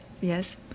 Yes